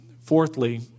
fourthly